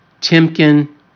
Timken